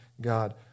God